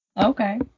Okay